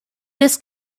this